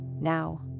Now